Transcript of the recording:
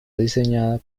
diseñada